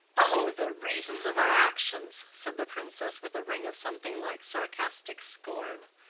oh the reasons of our actions! said the princess, with a ring of something like sarcastic scorn.